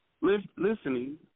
listening